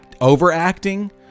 overacting